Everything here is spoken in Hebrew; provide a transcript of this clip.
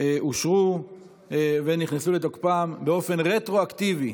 אושרו ונכנסו לתוקפן באופן רטרואקטיבי,